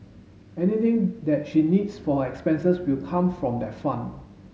anything that she needs for her expenses will come from that fund